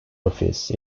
office